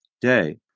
day